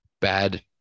bad